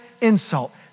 insult